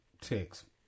text